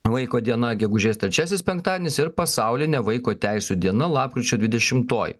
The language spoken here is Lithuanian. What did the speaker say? vaiko diena gegužės trečiasis penktadienis ir pasaulinė vaiko teisių diena lapkričio dvidešimtoji